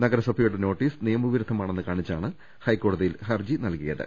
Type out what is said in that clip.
നഗര സഭയുടെ നോട്ടീസ് നിയമവിരുദ്ധമാണെന്ന് കാണിച്ചാണ് ഹൈക്കോ ടതിയിൽ ഹർജി നൽകിയത്